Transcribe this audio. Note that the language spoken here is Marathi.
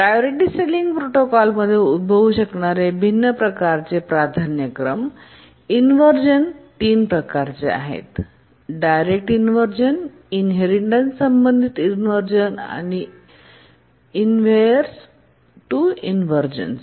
प्रायोरिटी सिलिंग प्रोटोकॉल मध्ये उद्भवू शकणारे भिन्न प्रकारचे प्राधान्यक्रम इनव्हर्जन तीन प्रकार आहेत ज्यांचे डायरेक्ट इनव्हर्जन इनहेरिटन्स संबंधित इनव्हर्जन आणि इनहेव्हर्स टू इव्हर्व्हन्स